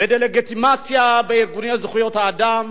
בדה-לגיטימציה של ארגוני זכויות האדם.